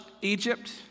Egypt